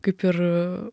kaip ir